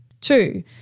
Two